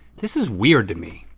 this is weird to me.